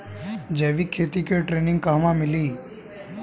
जैविक खेती के ट्रेनिग कहवा मिली?